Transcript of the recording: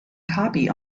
copy